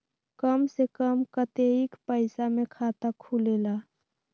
कम से कम कतेइक पैसा में खाता खुलेला?